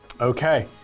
Okay